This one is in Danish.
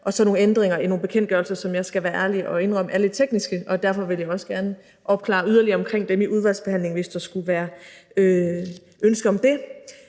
er der nogle ændringer i nogle bekendtgørelser, som jeg skal være ærlig og indrømme er lidt tekniske, og derfor vil jeg også gerne komme med yderligere opklaring af dem i udvalgsbehandlingen, hvis der skulle være et ønske om det.